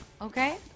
Okay